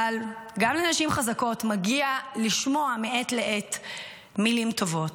אבל גם לנשים חזקות מגיע לשמוע מעת לעת מילים טובות,